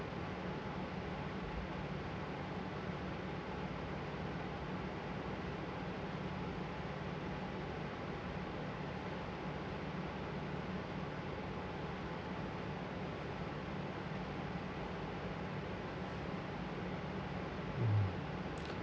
mm